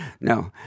no